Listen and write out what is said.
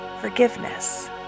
forgiveness